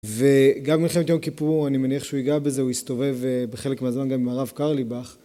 וגם במלחמת יום כיפור, אני מניח שהוא יגע בזה, הוא הסתובב בחלק מהזמן גם עם הרב קרליבאך